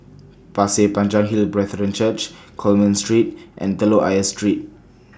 Pasir Panjang Hill Brethren Church Coleman Street and Telok Ayer Street